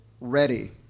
Ready